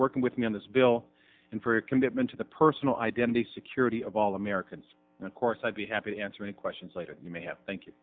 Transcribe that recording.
working with me on this bill and for a commitment to the personal identity security of all americans and of course i'd be happy to answer any questions later you may have thank